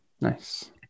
Nice